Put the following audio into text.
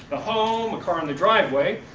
a home, a car in the driveway,